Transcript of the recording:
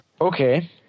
Okay